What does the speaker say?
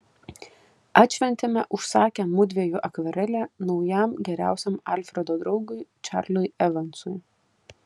atšventėme užsakę mudviejų akvarelę naujam geriausiam alfredo draugui čarliui evansui